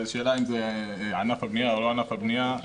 השאלה אם זה ענף הבנייה או לא ענף הבנייה.